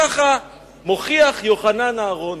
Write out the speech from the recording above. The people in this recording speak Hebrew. כך מוכיח יוחנן אהרוני.